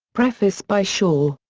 preface by shaw.